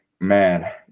man